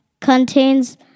contains